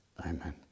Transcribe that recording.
Amen